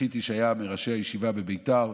שזכיתי שהיה מראשי הישיבה בביתר,